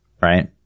Right